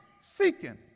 seeking